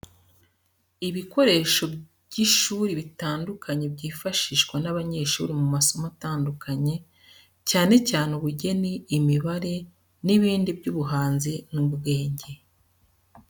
Ibikoresho by'ishuri bitandukanye byifashishwa n'abanyeshuri mu masomo atandukanye, cyane cyane ubugeni, imibare, n'ibindi by’ubuhanzi n’ubwenge.